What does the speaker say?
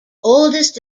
oldest